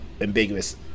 ambiguous